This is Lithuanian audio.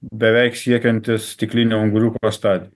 beveik siekiantis stiklinio unguriuko stadiją